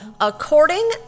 According